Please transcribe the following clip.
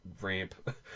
ramp